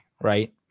right